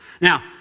Now